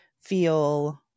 feel –